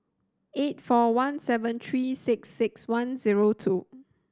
eight four one seven three six six one zero two